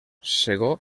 segó